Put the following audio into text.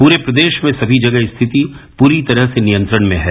पूरे प्रदेश में स्थिति पूरी तरह से नियंत्रण में है